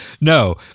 no